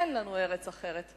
אין לנו ארץ אחרת.